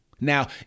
Now